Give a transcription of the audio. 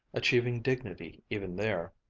achieving dignity even there.